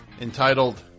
Entitled